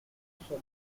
somatic